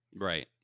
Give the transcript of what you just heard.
Right